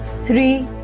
three,